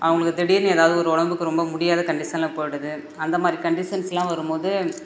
அவங்களுக்கு திடீர்னு ஏதாவுது ஒரு உடம்புக்கு ரொம்ப முடியாத கண்டிஷன்ல போய்டுது அந்த மாதிரி கண்டிஷன்ஸ்லாம் வரும் போது